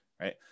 right